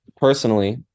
personally